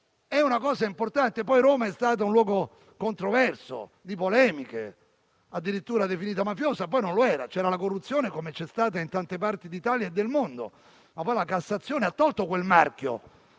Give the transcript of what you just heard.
un fatto importante. Roma, poi, è stato un luogo controverso, di polemiche, addirittura definita mafiosa. Poi, però, non lo era: c'era la corruzione, come c'è stata in tante parti d'Italia e del mondo. La Corte di cassazione ha però tolto quel marchio,